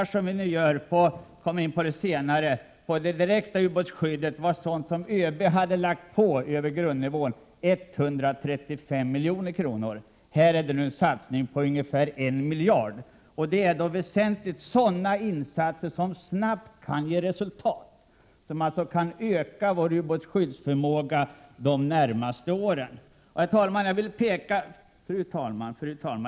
De satsningar som föreslogs för det direkta ubåtsskyddet utöver grundnivån var 135 milj.kr. Här är det nu fråga om en satsning på ungefär en miljard över grundnivån. Det gäller sådana insatser som snabbt kan ge resultat och som alltså ökar ubåtsskyddet de närmaste åren. Fru talman!